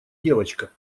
девочка